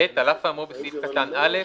(ב)על אף האמור בסעיף קטן (א),